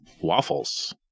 waffles